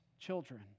children